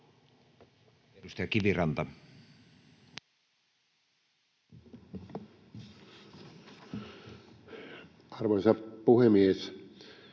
Edustaja Kiviranta. Arvoisa puhemies!